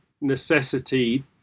necessity